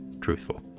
truthful